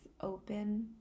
open